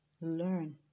learn